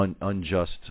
unjust